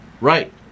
Right